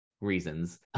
reasons